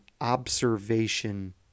observation